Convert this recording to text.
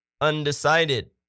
Undecided